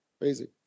Crazy